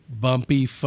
bumpy